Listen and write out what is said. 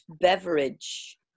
beverage